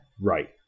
right